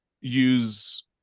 use